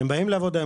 הם באים לעבודה,